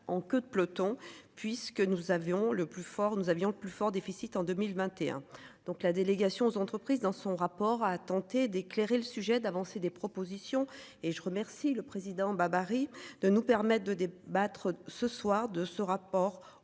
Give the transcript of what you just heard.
avions le plus fort. Nous avions le plus fort déficit en 2021, donc la délégation aux entreprises dans son rapport à à tenter d'éclairer le sujet d'avancer des propositions et je remercie le président babary de nous permettre de débattre ce soir de ce rapport, oh